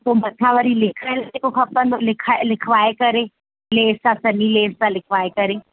पोइ मथा वरी लिखायल जेको खपंदो लिखाए लिखाए करे लेस आहे सॼी लेस आहे लिखाए करे